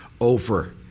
over